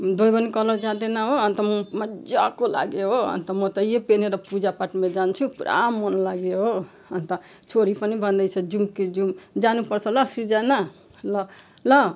धोयो भने पनि कलर जाँदैन हो अनि त म मजाको लाग्यो हो अनि त म त यो पेहनेर पूजापाठमे जान्छु पुरा मन लाग्यो हो अनि त छोरी पनि भन्दैछ जाऔँ कि जाऔँ जानुपर्छ ल सिर्जना ल ल